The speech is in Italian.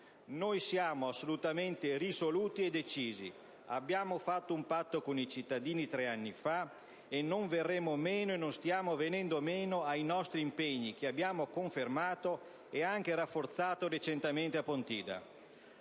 Noi siamo assolutamente risoluti e decisi. Abbiamo fatto un patto con i cittadini tre anni fa e non verremo meno, non stiamo venendo meno, ai nostri impegni, che abbiamo confermato ed anche rafforzato recentemente a Pontida.